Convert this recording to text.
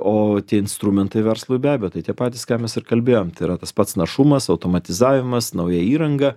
o tie instrumentai verslui be abejo tai tie patys ką mes ir kalbėjom tai yra tas pats našumas automatizavimas nauja įranga